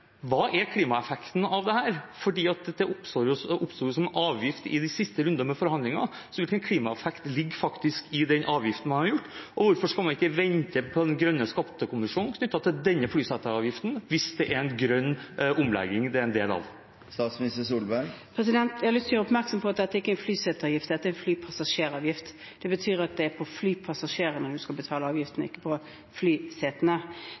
hva er klimaeffekten av dette? Dette oppsto jo som en avgift i de siste rundene med forhandlinger, så hvilken klimaeffekt ligger det faktisk i den avgiften man har foreslått? Hvorfor skal man ikke vente på den grønne skattekommisjonen når det gjelder denne flyteseteavgiften, hvis den er en del av en grønn omlegging? Jeg har lyst å gjøre oppmerksom på at dette ikke er en flyseteavgift – det er en flypassasjeravgift. Det betyr at det er for flypassasjerene man skal betale avgiften, ikke flysetene. Flyseteavgiften var det som Arbeiderpartiet var for i gamle dager. Det ble i 2001 innført på